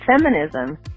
Feminism